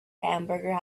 hamburger